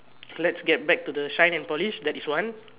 lets get back to the shine and polish that is one